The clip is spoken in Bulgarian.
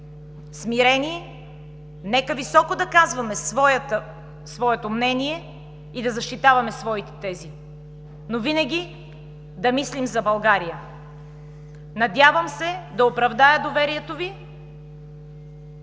смирени, нека високо да казваме своето мнение и да защитаваме своите тези, но винаги да мислим за България! Надявам се да оправдая доверието Ви.